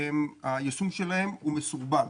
היישום שלהן מסורבל.